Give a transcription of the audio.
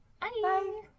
bye